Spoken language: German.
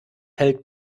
hält